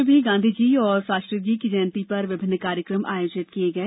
इधर प्रदेश में भी गांधी जी और शास्त्री जी की जयंती पर विभिन्न कार्यक्रम आयोजित किए गये